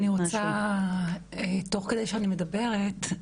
תוך כדי שאני מדברת,